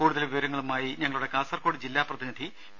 കൂടുതൽ വിവരങ്ങളുമായി ഞങ്ങളുടെ കാസർകോട് ജില്ല പ്രതിനിധി പി